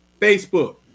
Facebook